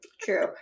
True